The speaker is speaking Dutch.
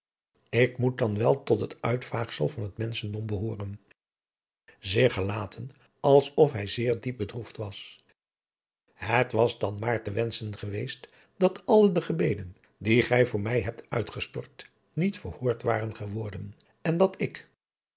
ik moet dan wel tot het uitvaagsel van het menschdom behooren zich gelatende als of hij zeer diep bedroefd werd het was dan maar te wenschen geweest dat alle de gebeden die gij voor mij hebt uitgestort niet verhoord waren geworden en dat ik